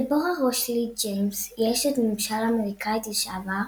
דבורה רוש לי ג'יימס היא אשת ממשל אמריקאית לשעבר,